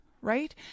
right